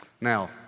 Now